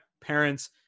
parents